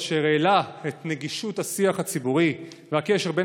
אשר העלה את נגישות השיח הציבורי והקשר בין